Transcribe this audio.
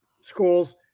schools